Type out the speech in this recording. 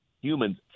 humans